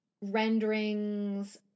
renderings